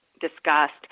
discussed